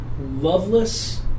loveless